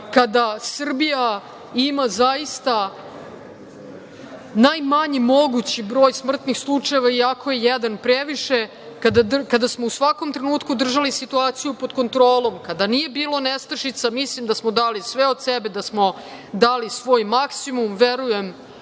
kada Srbija ima zaista najmanji mogući broj smrtnih slučajeva iako je i jedan previše, kada smo u svakom trenutku držali situaciju pod kontrolom, kada nije bilo nestašica. Mislim da smo dali sve od sebe, da smo dali svoj maksimu. Verujem,